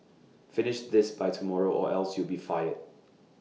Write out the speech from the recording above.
finish this by tomorrow or else you'll be fired